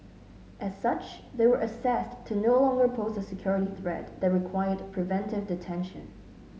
as such they were assessed to no longer pose a security threat that required preventive detention